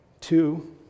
two